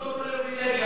זו לא פריבילגיה,